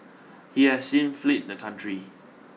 he has since flee the country